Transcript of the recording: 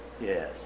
yes